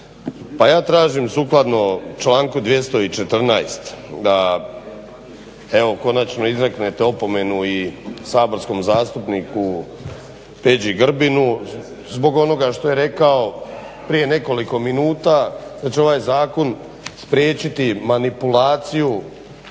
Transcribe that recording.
Pa ja tražim sukladno članak 214.da evo konačno izreknete opomenu i saborskom zastupniku Peđi Grbinu zbog onoga što je rekao prije nekoliko minuta da će ovaj zakon spriječiti manipulaciju